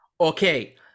Okay